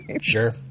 Sure